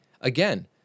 Again